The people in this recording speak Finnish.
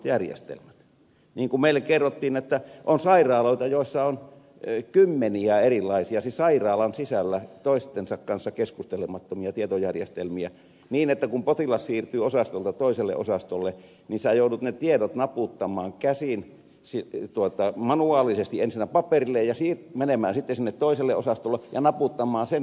niin kuin meille kerrottiin on sairaaloita joiden sisällä on kymmeniä erilaisia toistensa kanssa keskustelemattomia tietojärjestelmiä niin että kun potilas siirtyy osastolta toiselle osastolle joudutaan ne tiedot naputtamaan manuaalisesti ensinnä paperille ja menemään sinne toiselle osastolle ja naputtamaan sen tietojärjestelmiin sisään